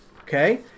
Okay